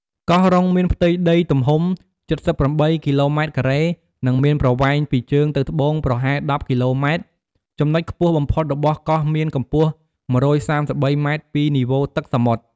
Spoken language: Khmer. កោះរ៉ុង មានផ្ទៃដីទំហំ ៧៨គីឡូម៉ែត្រការ៉េ និងមានប្រវែងពីជើងទៅត្បូងប្រហែល១០គីឡូម៉ែត្រ។ ចំនុចខ្ពស់បំផុតរបស់កោះមានកំពស់១៣៣ម៉ែត្រពីនីវ៉ូទឹកសមុទ្រ។